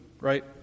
Right